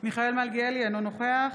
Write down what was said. מיכאל מלכיאלי, אינו נוכח